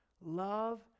love